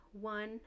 one